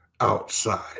Outside